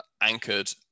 anchored